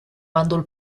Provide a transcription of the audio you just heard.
bàndol